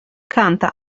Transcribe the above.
canta